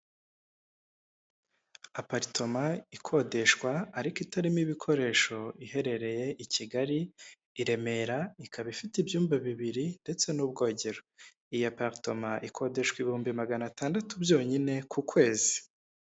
Aparitoma ikodeshwa ariko itarimo ibikoresho iherereye i Kigali i Remera, ikaba ifite ibyumba bibiri ndetse n'ubwogero, iyi aparitoma ikodeshwa ibihumbi magana atandatu byonyine ku kwezi.